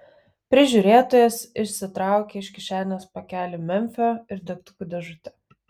prižiūrėtojas išsitraukė iš kišenės pakelį memfio ir degtukų dėžutę